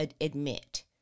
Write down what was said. admit